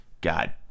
god